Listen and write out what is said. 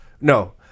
no